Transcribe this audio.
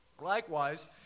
Likewise